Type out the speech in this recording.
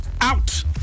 out